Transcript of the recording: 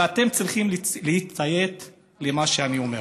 ואתם צריכים לציית למה שאני אומר.